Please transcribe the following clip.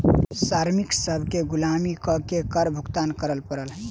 श्रमिक सभ केँ गुलामी कअ के कर भुगतान करअ पड़ल